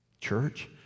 Church